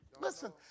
Listen